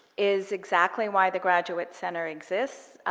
is exactly why the graduate center exists.